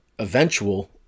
eventual